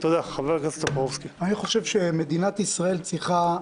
אני חושב שמדינת ישראל צריכה: